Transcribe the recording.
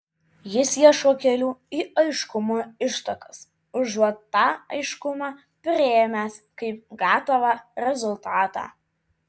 jis ieško kelių į aiškumo ištakas užuot tą aiškumą priėmęs kaip gatavą rezultatą